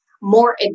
more